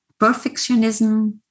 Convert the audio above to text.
perfectionism